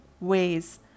ways